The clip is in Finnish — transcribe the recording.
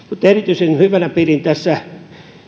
erityisen hyvänä pidän tässä